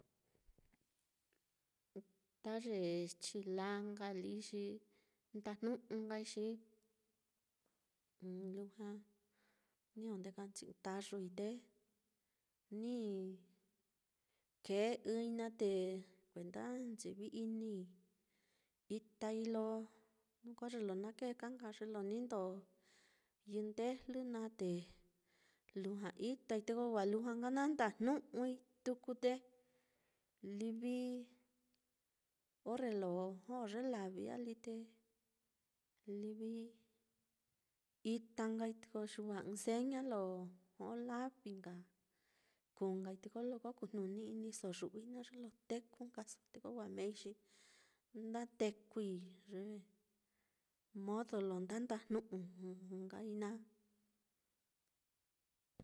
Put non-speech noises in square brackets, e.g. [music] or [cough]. Ta ye chilaa nka á lí xi ndajnu'u nkai xi lujua niño ndekanchi ɨ́ɨ́n tayui te ni kee ɨ́ɨ́n-i naá, te kuenda nchivi-ini itái lo jnu ko ye lo na kee ka nka ye lo ni ndó yɨndejlɨ naá te lujua itái te ko wa lujua nka na ndajnu'ui tuku, te livi orre lo jó ye lavi á, te liki itá nkai te ko xi wa ɨ́ɨ́n seña lo jó lavi nka kuu nkai te kolo ko kujnuni-iniso yu'ui naá, ye lo teku nkaso te ko wa meei xi nda tekui ye modo lo nda ndajnu'u n- [hesitation] nkai naá.